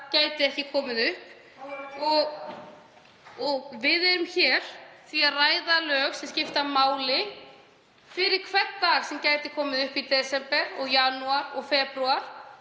gæti ekki komið upp. (Gripið fram í.) Hér erum við því að ræða lög sem skipta máli fyrir hvern dag sem gæti komið upp í desember og janúar og febrúar.